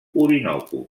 orinoco